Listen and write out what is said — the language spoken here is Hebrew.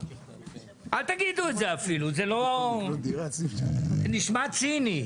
אל תגידו את זה אפילו, זה נשמע ציני.